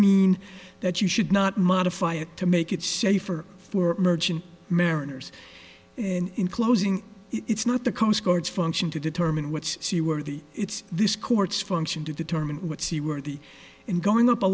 mean that you should not modify it to make it safer for merchant mariners in closing it's not the coastguards function to determine what she were the it's this court's function to determine what sea worthy in going up a